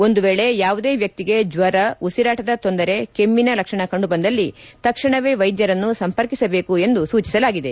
ಒಂದು ವೇಳೆ ಯಾವುದೇ ವ್ಯಕ್ತಿಗೆ ಜ್ಞರ ಉಸಿರಾಟದ ತೊಂದರೆ ಕೆಮ್ನಿನ ಲಕ್ಷಣ ಕಂಡುಬಂದಲ್ಲಿ ತಕ್ಷಣವೇ ವೈದ್ಯರನ್ನು ಸಂಪರ್ಕಿಸಬೇಕು ಎಂದು ಸೂಚಿಸಲಾಗಿದೆ